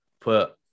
put